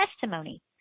testimony